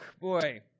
boy